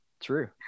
true